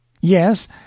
Yes